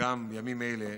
גם ימים אלה